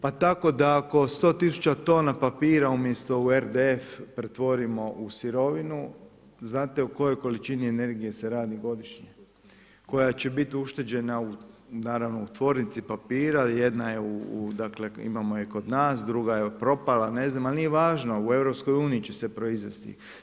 Pa tako da ako 100 tisuća tona papira umjesto u RDF pretvorimo u sirovinu, znate o kojoj količini energije se radi godišnje koja će biti ušteđena naravno u tvornici papira, jedna je u, dakle imamo je kod nas, druga je propala, ne znam, ali nije važno, u EU će se proizvesti.